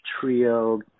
trio